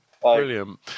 Brilliant